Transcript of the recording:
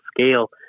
scale